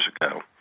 ago